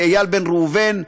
איל בן ראובן,